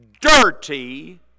dirty